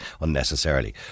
unnecessarily